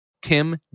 Tim